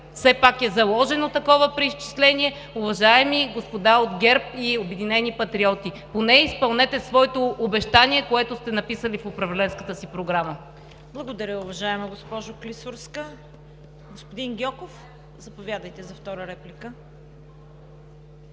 на ГЕРБ е заложено такова преизчисление. Уважаеми господа от ГЕРБ и „Обединени патриоти“, поне изпълнете своето обещание, което сте написали в управленската си програма. ПРЕДСЕДАТЕЛ ЦВЕТА КАРАЯНЧЕВА: Благодаря, уважаема госпожо Клисурска. Господин Гьоков, заповядайте за втора реплика.